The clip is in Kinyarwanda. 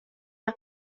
w’u